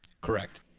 Correct